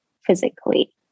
physically